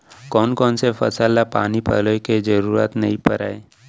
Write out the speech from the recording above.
कोन कोन से फसल ला पानी पलोय के जरूरत नई परय?